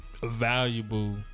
valuable